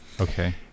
Okay